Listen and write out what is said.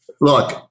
look